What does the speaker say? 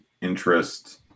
interest –